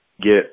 get